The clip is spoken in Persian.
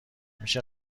میشه